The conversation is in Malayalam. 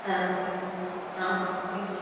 ആ ശരി ആ ഓക്കെ താങ്ക് യു